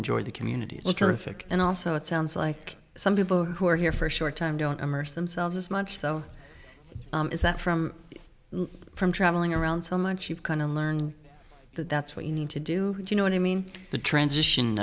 enjoy the community and also it sounds like some people who are here for a short time don't immerse themselves as much so is that from from traveling around so much you've kind of learned that that's what you need to do you know what i mean the transition